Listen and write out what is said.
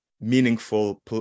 meaningful